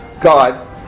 God